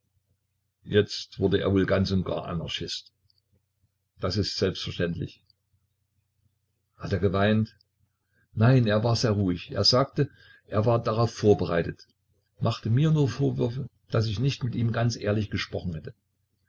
jetzt wurde er wohl ganz und gar ein anarchist das ist selbstverständlich hat er geweint nein er war sehr ruhig er sagte er war darauf vorbereitet machte mir nur vorwürfe daß ich nicht mit ihm ganz ehrlich gesprochen hätte